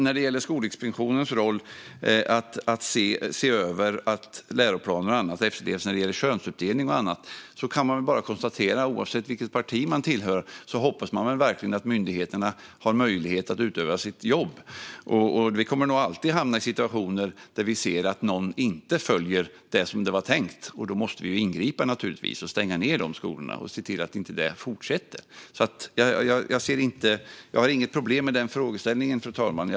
När det gäller Skolinspektionens roll i övrigt att se över att läroplaner och annat efterlevs när det gäller till exempel könsuppdelning kan man väl bara hoppas, oavsett vilket parti man tillhör, att myndigheterna har möjlighet att utöva sitt jobb. Vi kommer nog alltid att hamna i situationer där vi ser att någon inte följer riktlinjer som det var tänkt, och då måste vi naturligtvis ingripa och stänga ned de skolorna och se till att det inte fortsätter. Jag har därför inget problem med den frågeställningen, fru talman.